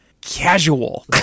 casual